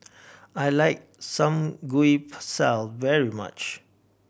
I like Samgyeopsal very much